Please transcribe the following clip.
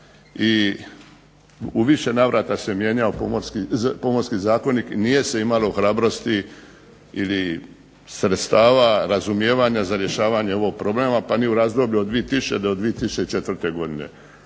i u više navrata se mijenjao Pomorski zakonik i nije se imalo hrabrosti ili sredstava, razumijevanja za rješavanje ovog problema pa ni u razdoblju od 2000. do 2004. godine.